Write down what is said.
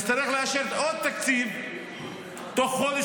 נצטרך לאשר עוד תקציב תוך חודש,